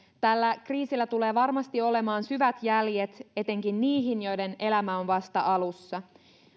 tällä kriisillä tulee varmasti olemaan syvät jäljet etenkin niihin joiden elämä on vasta alussa